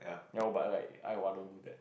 ya but like Ai Hua don't do that